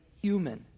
human